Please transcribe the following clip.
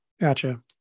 Gotcha